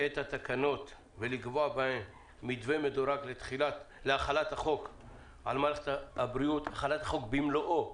את התקנות ולקבוע בהן מתווה מדורג להחלת חוק מוסר התשלומים במלואו